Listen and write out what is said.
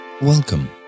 Welcome